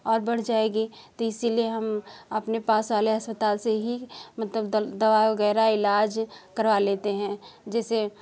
और बढ़ जाएगी तो इसलिए हम अपने पास वाले अस्पताल से ही मतलब दल दवा वगैरह इलाज करवा लेते हैं जैसे